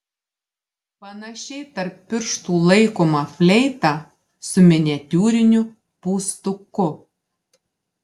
panašiai tarp pirštų laikoma fleita su miniatiūriniu pūstuku